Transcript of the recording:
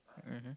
mmhmm